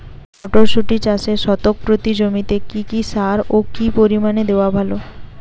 মটরশুটি চাষে শতক প্রতি জমিতে কী কী সার ও কী পরিমাণে দেওয়া ভালো?